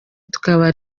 tukaba